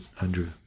Andrew